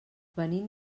venim